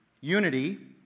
unity